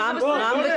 רם,